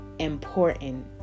Important